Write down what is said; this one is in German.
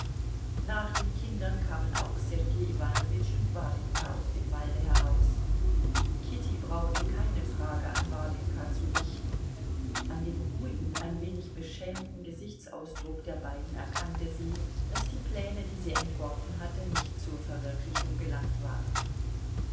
nach den kindern kamen auch sergei iwanowitsch und warjenka aus dem walde heraus kitty brauchte keine frage an warjenka zu richten an dem ruhigen ein wenig beschämten gesichtsausdruck der beiden erkannte sie daß die pläne die sie entworfen hatte nicht zur verwirklichung gelangt waren